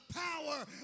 power